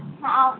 आपके